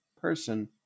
person